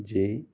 जे